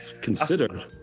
consider